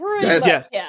Yes